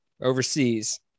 overseas